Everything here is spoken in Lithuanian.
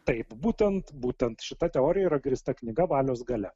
taip būtent būtent šita teorija yra grįsta knyga valios galia